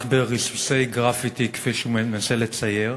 רק בריסוסי גרפיטי, כפי שהוא מנסה לצייר.